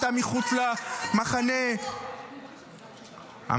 עשתה מחוץ למחנה --- היא נפגעת פעולות איבה.